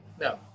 No